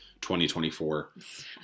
2024